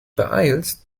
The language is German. beeilst